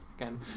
Again